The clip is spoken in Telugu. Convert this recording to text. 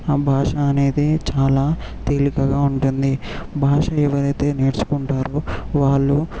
ఆ భాష అనేది చాలా తేలికగా ఉంటుంది భాష ఎవరైతే నేర్చుకుంటారో వాళ్ళు